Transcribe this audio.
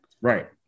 Right